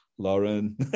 Lauren